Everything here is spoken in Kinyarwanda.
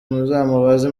muzamubaze